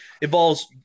involves